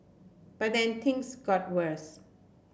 but then things got worse